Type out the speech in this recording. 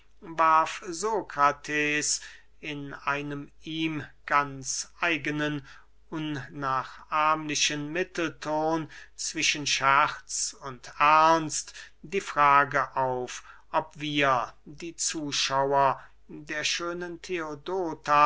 in einem ihm ganz eigenen unnachahmlichen mittelton zwischen scherz und ernst die frage auf ob wir die zuschauer der schönen theodota